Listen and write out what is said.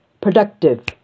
productive